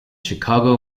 chicago